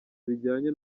bijyanye